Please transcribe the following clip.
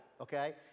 okay